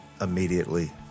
immediately